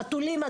חתולים,